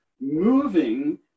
moving